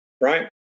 right